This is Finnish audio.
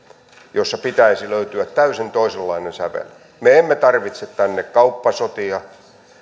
jossa pitäisi löytyä täysin toisenlainen sävel me emme tarvitse tänne kauppasotia